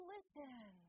Listen